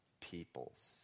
peoples